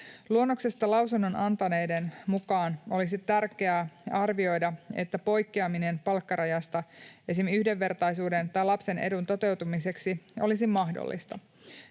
Luonnoksesta lausunnon antaneiden mukaan olisi tärkeää arvioida, että poikkeaminen palkkarajasta esim. yhdenvertaisuuden tai lapsen edun toteutumiseksi olisi mahdollista.